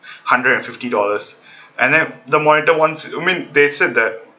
hundred and fifty dollars and then the monitor once I mean they said that